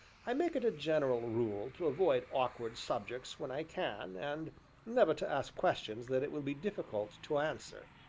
i make it a general rule to avoid awkward subjects when i can, and never to ask questions that it will be difficult to answer.